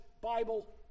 Bible